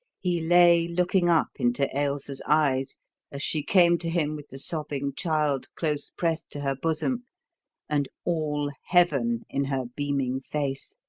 he lay looking up into ailsa's eyes as she came to him with the sobbing child close pressed to her bosom and all heaven in her beaming face.